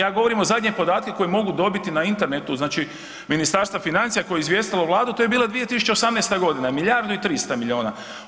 Ja govorim zadnje podatke koje mogu dobiti na internetu znači Ministarstva financija koje je izvijestilo Vladu to je bila 2018. godina, milijardu i 300 miliona.